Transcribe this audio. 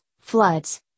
floods